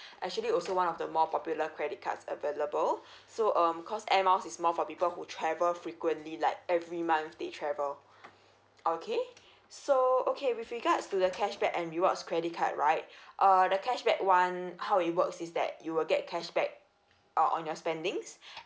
actually also one of the more popular credit cards available so um cause air miles is more for people who travel frequently like every month they travel okay so okay with regards to the cashback and rewards credit card right uh the cashback one how it works is that you will get cashback o~ on your spendings